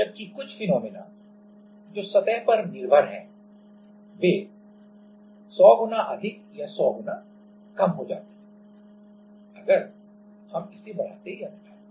जबकि कुछ फिनोमिना जो सतह पर निर्भर हैं वे 100 गुना अधिक या 100 गुना कम हो जाती हैं अगर हम इसे बढ़ाते हैं या घटाते हैं